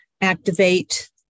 activate